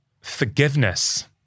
forgiveness